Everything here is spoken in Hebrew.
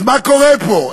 אז מה קורה פה?